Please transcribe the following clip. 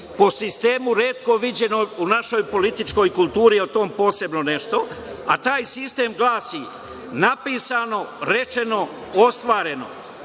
po sistemu retko viđenog u našoj političkoj kulturi, o tome posebno nešto, a taj sistem glasi – napisano, rečeno, ostvareno.